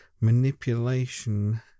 manipulation